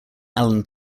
alan